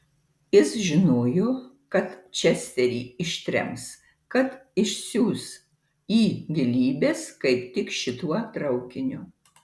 jis žinojo kad česterį ištrems kad išsiųs į gilybes kaip tik šituo traukiniu